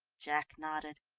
jack nodded.